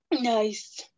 Nice